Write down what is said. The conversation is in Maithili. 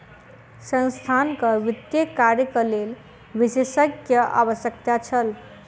संस्थानक वित्तीय कार्यक लेल विशेषज्ञक आवश्यकता छल